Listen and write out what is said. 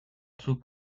zug